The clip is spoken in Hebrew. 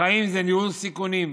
החיים זה ניהול סיכונים.